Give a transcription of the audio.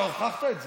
אתה הוכחת את זה.